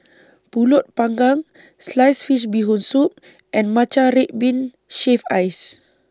Pulut Panggang Sliced Fish Bee Hoon Soup and Matcha Red Bean Shaved Ice